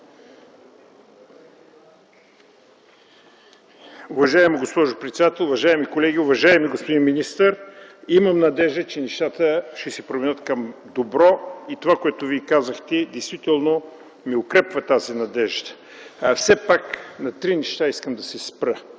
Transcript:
Уважаема госпожо председател, уважаеми колеги, уважаеми господин министър! Имам надежда, че нещата ще се променят към добро. Това, което Вие казахте, действително укрепва тази надежда. Все пак искам да се спра